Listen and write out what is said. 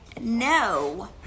no